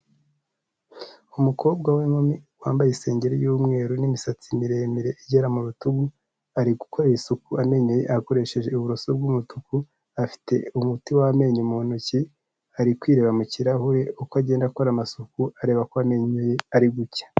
Umukobwa w'inkumi wambaye isengeri y'umweru n'imisatsi miremire igera mu rutugu, ari gukora isuku amenyo ye akoresheje uburoso bw'umutuku, afite umuti w'amenyo mu ntoki, ari kwireba mu kirahure uko agenda akora amasuku areba ko amenyo ye ari gucya.